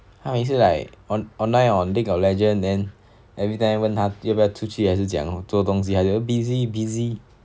他每次 like on online on league of legends then everytime 问他要不要出去讲做东西 busy busy